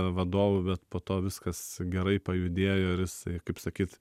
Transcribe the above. vadovu bet po to viskas gerai pajudėjo ir jisai kaip sakyt